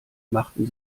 machten